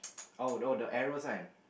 oh no the arrow sign